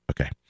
okay